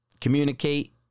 Communicate